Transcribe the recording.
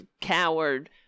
coward